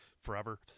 forever